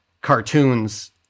cartoons